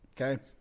okay